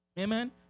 Amen